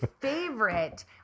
favorite